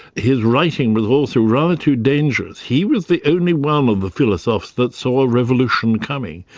his writing was also rather too dangerous. he was the only one of the philosophes that saw a revolution coming.